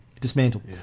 Dismantled